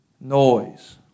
noise